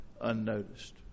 unnoticed